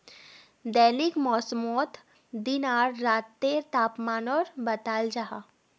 दैनिक मौसमोत दिन आर रातेर तापमानो बताल जाहा